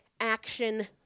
Action